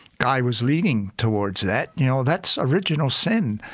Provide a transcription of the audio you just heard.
guy was leaning towards that. you know that's original sin.